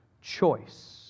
choice